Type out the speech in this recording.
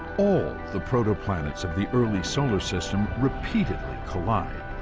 all the protoplanets of the early solar system repeatedly collide,